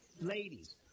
Ladies